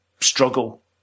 struggle